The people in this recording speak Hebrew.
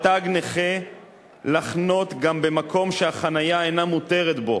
תג נכה לחנות גם במקום שהחנייה אינה מותרת בו,